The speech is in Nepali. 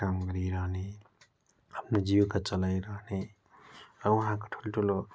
काम गरिरहने आफ्नै जीविका चलाइरहने र उहाँको ठुलठुलो